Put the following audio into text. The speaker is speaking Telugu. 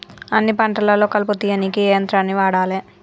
అన్ని పంటలలో కలుపు తీయనీకి ఏ యంత్రాన్ని వాడాలే?